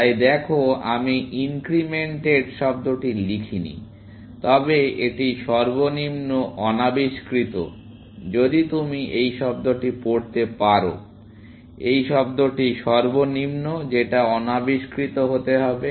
তাই দেখো আমি ইনক্রিমেন্টেড শব্দটি লিখিনি তবে এটি সর্বনিম্ন অনাবিষ্কৃত যদি আপনি এই শব্দটি পড়তে পারেন এই শব্দটি সর্বনিম্নো যেটা অনাবিষ্কৃত হতে হবে